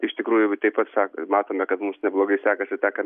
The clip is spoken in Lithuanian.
iš tikrųjų taip pat sako matome kad mums neblogai sekasi tą ką